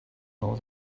more